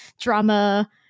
drama